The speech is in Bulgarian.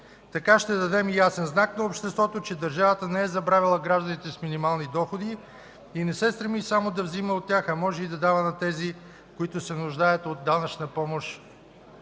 Така ще дадем ясен знак на обществото, че държавата не е забравила гражданите с минимални доходи и не се стреми само да взима от тях, а може и да дава на тези, които се нуждаят от данъчна помощ.